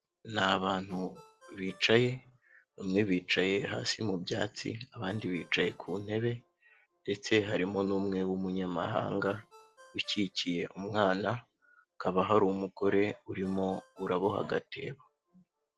Ni abantu bicaye bamwe bicaye hasi mu byatsi, abandi bicaye ku ntebe ndetse harimo n'umwe w'umunyamahanga ukikiye umwana, hakaba hari umugore urimo uraboha agatebo.